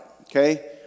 okay